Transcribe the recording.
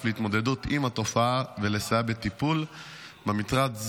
להתמודדות עם התופעה ולסייע בטיפול במטרד,